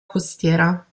costiera